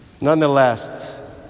Nonetheless